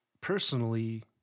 personally